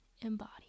embody